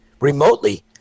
remotely